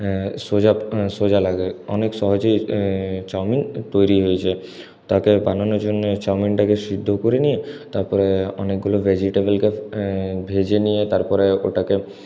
সোজা সোজা লাগে অনেক সহজেই চাউমিন তৈরি হয়ে যায় তাকে বানানোর জন্য চাউমিনটাকে সিদ্ধ করে নিয়ে তারপরে অনেকগুলো ভেজিটেবলকে ভেজে নিয়ে তারপরে ওটাকে